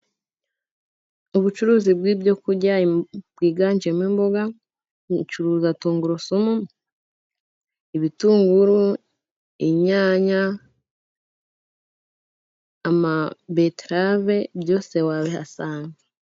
Ubucuruzi bw'ibyo kurya bwiganjemo:imboga, nshuruza, tungurusumu, ibitunguru, inyanya ama beterave byose wabihasanga.